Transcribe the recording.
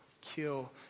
kill